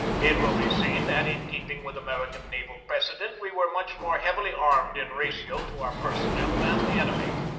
it will be seen that, in keeping with american naval precedent, we were much more heavily armed in ratio to our personnel than the enemy.